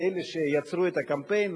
מאלה שיצרו את הקמפיין,